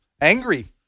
angry